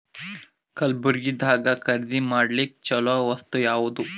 ಕಲಬುರ್ಗಿದಾಗ ಖರೀದಿ ಮಾಡ್ಲಿಕ್ಕಿ ಚಲೋ ವಸ್ತು ಯಾವಾದು?